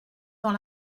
dans